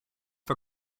for